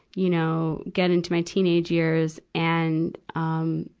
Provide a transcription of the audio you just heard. you know, get into my teenage years and, um,